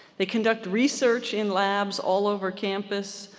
they conduct research in labs all over campus,